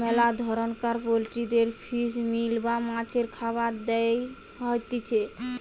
মেলা ধরণকার পোল্ট্রিদের ফিশ মিল বা মাছের খাবার দেয়া হতিছে